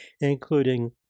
including